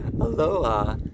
aloha